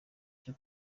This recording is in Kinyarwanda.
cyo